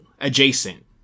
adjacent